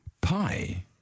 Pi